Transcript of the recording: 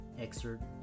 excerpt